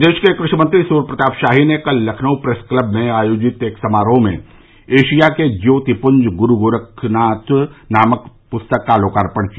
प्रदेश के कृषि मंत्री सुर्य प्रताप शाही ने कल लखनऊ प्रेस क्लब में आयोजित एक समारोह में एशिया के ज्योतिपुंज गुरू गोरखनाथ नामक पुस्तक का लोकार्पण किया